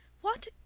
What